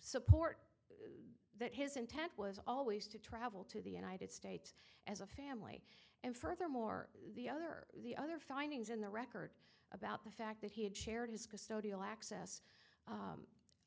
support that his intent was always to travel to the united states as a family and furthermore the other the other findings in the record about the fact that he had shared his custodial access